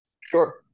Sure